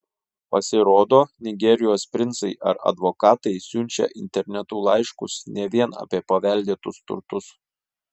pasirodo nigerijos princai ar advokatai siunčia internetu laiškus ne vien apie paveldėtus turtus